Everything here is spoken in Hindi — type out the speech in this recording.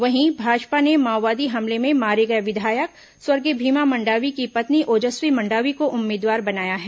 वहीं भाजपा ने माओवादी हमले में मारे गए विधायक स्वर्गीय भीमा मंडायी की पत्नी ओजस्वी मंडायी को उम्मीदवार बनाया है